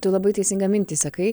tu labai teisingą mintį sakai